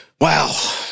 Wow